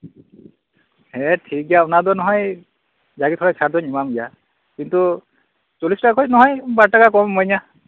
ᱦᱮᱸ ᱴᱷᱤᱠ ᱜᱮᱭᱟ ᱚᱱᱟ ᱫᱚ ᱱᱟᱦᱚᱭ ᱡᱟᱜᱮ ᱛᱷᱚᱲᱟ ᱪᱷᱟᱲ ᱫᱚᱧ ᱮᱢᱟᱢ ᱜᱮᱭᱟ ᱠᱤᱱᱛᱩ ᱪᱚᱞᱞᱤᱥ ᱴᱟᱠᱟ ᱠᱷᱚᱡ ᱱᱟᱦᱚᱭ ᱵᱟᱨ ᱴᱟᱠᱟ ᱠᱚᱢᱮᱢ ᱤᱢᱟᱹᱧᱟ